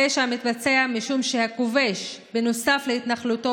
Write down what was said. הפשע מתבצע משום שהכובש, בנוסף להתנחלותו